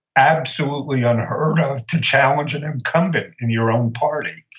absolutely unheard of to challenge an incumbent in your own party.